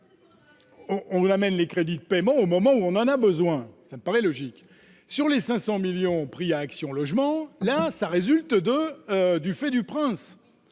la même les crédits de paiement au moment où on en a besoin, ça me paraît logique, sur les 500 millions pris à Action logement, là ça résulte de du fait du prince,